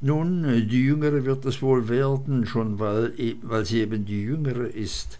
nun die jüngere wird es wohl werden schon weil sie eben die jüngere ist